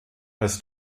als